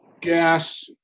gas